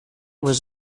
was